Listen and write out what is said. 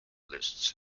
lists